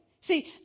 see